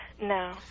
No